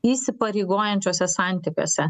įsipareigojančiuose santykiuose